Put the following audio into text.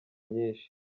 nyinshi